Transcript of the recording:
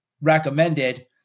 recommended